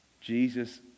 Jesus